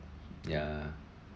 ya